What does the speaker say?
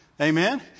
Amen